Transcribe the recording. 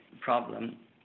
problem